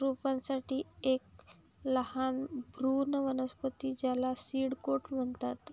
रोपांसाठी एक लहान भ्रूण वनस्पती ज्याला सीड कोट म्हणतात